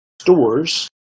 stores